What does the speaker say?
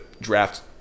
draft